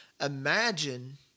Imagine